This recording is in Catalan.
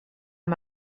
amb